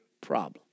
problem